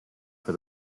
for